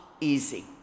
easy